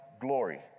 glory